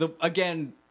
Again